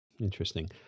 Interesting